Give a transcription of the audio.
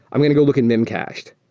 i'm going to go look in memcached.